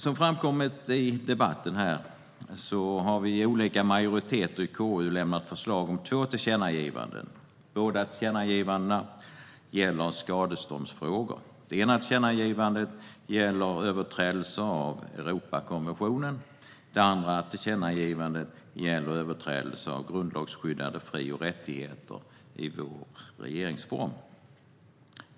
Som framkommit i debatten har vi i olika majoriteter i KU lämnat förslag om två tillkännagivanden. Båda tillkännagivandena gäller skadeståndsfrågor. Det ena gäller överträdelser av Europakonventionen. Det andra gäller överträdelser av grundlagsskyddade fri och rättigheter i vår regeringsform.